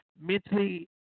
mentally